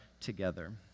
together